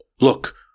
look